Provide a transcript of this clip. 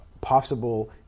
possible